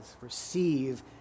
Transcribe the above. Receive